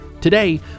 Today